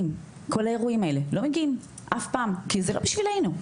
לכל האירועים האלה לא מגיעים אף פעם כי זה לא בשבילנו.